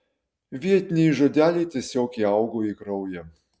vietiniai žodeliai tiesiog įaugo į kraują